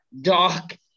doc